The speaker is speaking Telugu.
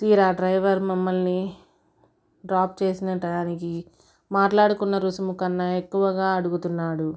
తీరా డ్రైవర్ మమ్మల్ని డ్రాప్ చేసిన టయానికి మాట్లాడుకున్న రుసుము కన్నా ఎక్కువ అడుగుతున్నాడు